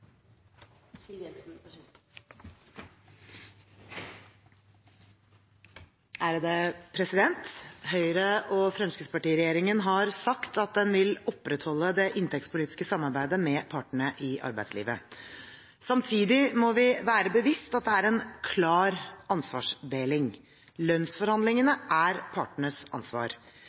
har sagt at den vil opprettholde det inntektspolitiske samarbeidet med partene i arbeidslivet. Samtidig må vi være oss bevisst at det er en klar ansvarsdeling. Lønnsforhandlingene er partenes ansvar.